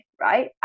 right